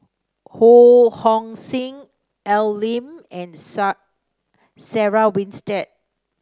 Ho Hong Sing Al Lim and Sarah Winstedt